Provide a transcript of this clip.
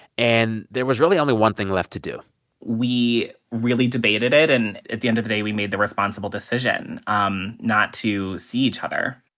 and there was really only one thing left to do we really debated it. and at the end of the day, we made the responsible decision um not to see each other